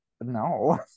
no